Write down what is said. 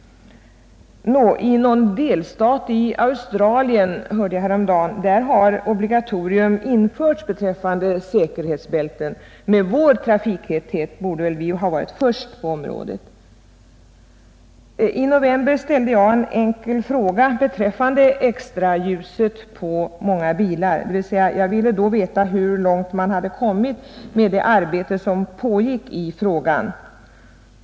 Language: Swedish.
Jag hörde häromdagen att man i någon delstat i Australien infört obligatorium beträffande säkerhetsbälten. Med vår trafiktäthet borde vi varit först på området. I november ställde jag en enkel fråga beträffande extraljusen på många bilar. Jag ville då veta hur långt man kommit med det arbete som pågick i frågan.